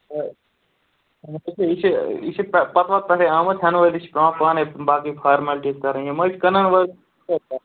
یہِ چھِ یہِ چھِ پہ پتہٕ وَتہٕ پٮ۪ٹھَے آمُت ہٮ۪نہٕ وٲلۍ تہِ چھِ پٮ۪وان پانَے باقٕے فارمیلٹی کَرٕنۍ یِم حظ چھِ کٕنَن وٲلۍ